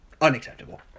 unacceptable